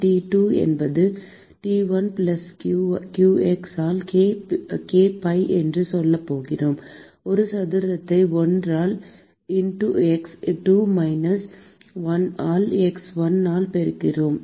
T2 என்பது T1 plus qx ஆல் k pi என்று சொல்லப் போகிறோம் ஒரு சதுரத்தை 1 ஆல் x2 மைனஸ் 1 ஆல் x 1 ஆல் பெருக்குகிறோம்